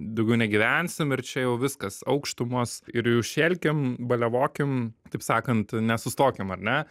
daugiau negyvensim ir čia jau viskas aukštumos ir jau šėlkim baliavokim taip sakant nesustokim ar ne